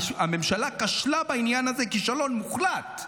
הממשלה כשלה בעניין הזה כישלון מוחלט,